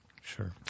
Sure